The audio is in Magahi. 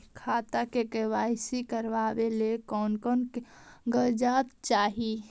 खाता के के.वाई.सी करावेला कौन कौन कागजात चाही?